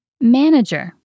Manager